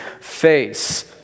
face